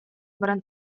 баран